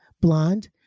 blonde